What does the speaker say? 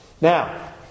Now